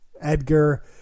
Edgar